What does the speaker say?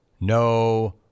No